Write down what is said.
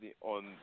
on